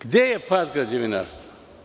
Gde je pad građevinarstva?